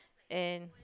and